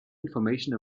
information